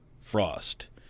Frost